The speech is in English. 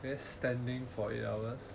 then standing for eight hours